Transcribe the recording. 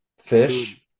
Fish